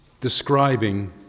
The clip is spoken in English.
describing